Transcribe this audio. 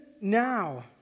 now